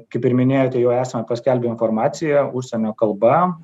kaip ir minėjot jau esame paskelbę informaciją užsienio kalba